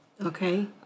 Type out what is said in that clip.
Okay